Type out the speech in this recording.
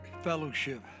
fellowship